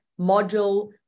module